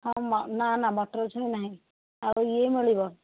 ହଁ ମ ନା ନା ମଟର ଛୁଇଁ ନାହିଁ ଆଉ ଇଏ ମିଳିବ